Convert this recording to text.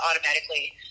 automatically